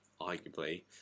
arguably